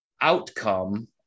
outcome